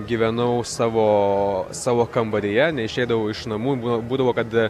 gyvenau savo savo kambaryje neišeidavau iš namų buvo būdavo kad